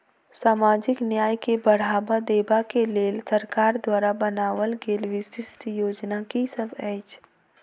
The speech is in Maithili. सामाजिक न्याय केँ बढ़ाबा देबा केँ लेल सरकार द्वारा बनावल गेल विशिष्ट योजना की सब अछि?